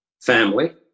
family